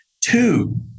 Two